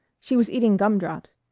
she was eating gum-drops.